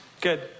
Good